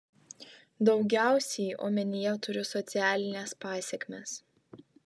daugiausiai omenyje turiu socialines pasekmes